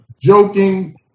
joking